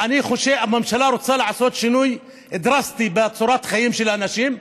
והממשלה רוצה לעשות שינוי דרסטי בצורת החיים של אנשים,